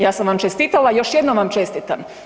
Ja sam vam čestitala, još jednom vam čestitam.